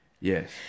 Yes